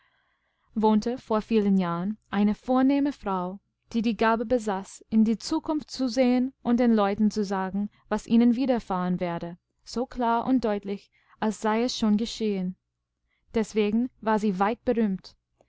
wohnte vor vielen jahren eine vornehme frau die die gabe besaß in die zukunft zu sehen und den leuten zu sagen was ihnen widerfahren werde so klar und deutlich als sei es schon geschehen deswegenwarsieweitberühmt